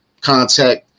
contact